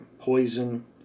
poison